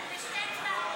מי נגד?